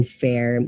fair